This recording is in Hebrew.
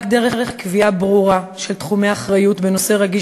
רק דרך קביעה ברורה של תחומי אחריות בנושא רגיש